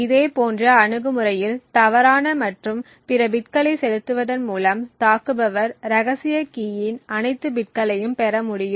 இதேபோன்ற அணுகுமுறையில் தவறான மற்றும் பிற பிட்களை செலுத்துவதன் மூலம் தாக்குபவர் ரகசிய கீயின் அனைத்து பிட்களையும் பெற முடியும்